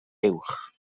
uwch